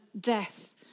death